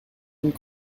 and